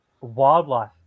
wildlife